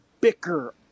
bicker